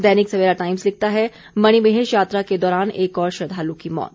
दैनिक सवेरा टाइम्स लिखता है मणिमहेश यात्रा के दौरान एक और श्रद्धाल् की मौत